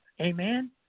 Amen